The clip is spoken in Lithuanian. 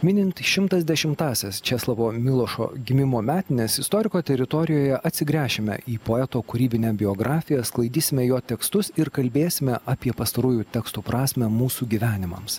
minint šimtas dešimtąsias česlovo milošo gimimo metines istoriko teritorijoje atsigręšime į poeto kūrybinę biografiją sklaidysime jo tekstus ir kalbėsime apie pastarųjų tekstų prasmę mūsų gyvenimams